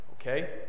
Okay